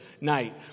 night